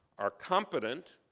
are competent.